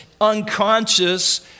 unconscious